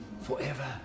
Forever